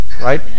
right